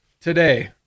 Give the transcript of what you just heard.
Today